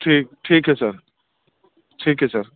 ٹھیک ٹھیک ہے سر ٹھیک ہے سر